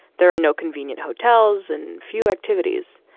there are no convenient hotels and few activities.